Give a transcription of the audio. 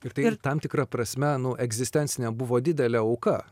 ir tai ir tam tikra prasme nu egzistencinė buvo didelė auka